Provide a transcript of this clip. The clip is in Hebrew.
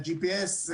GPS,